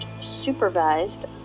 supervised